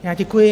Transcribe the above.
Já děkuji.